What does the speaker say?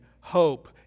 hope